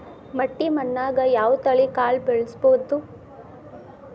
ಮಟ್ಟಿ ಮಣ್ಣಾಗ್, ಯಾವ ತಳಿ ಕಾಳ ಬೆಳ್ಸಬೋದು?